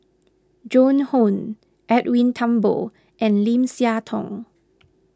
Joan Hon Edwin Thumboo and Lim Siah Tong